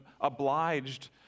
obliged